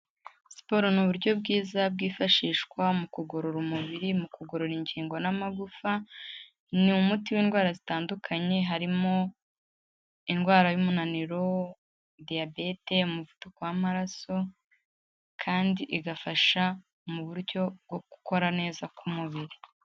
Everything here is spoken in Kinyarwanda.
Siporo ni uburyo bwiza bwifashishwa mu kugorora umubiri, mu kugorora ingingo n'amagufa, ni umuti w'indwara zitandukanye harimo indwara y'umunaniro, Diyabete, Umuvuduko w'amaraso kandi igafasha mu buryo bwo gukora neza k'umubiri.